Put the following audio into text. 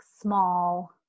small